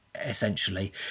essentially